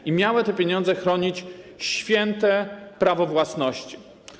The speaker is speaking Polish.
I miały te pieniądze chronić święte prawo własności.